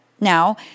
Now